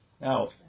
now